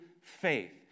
faith